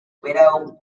widow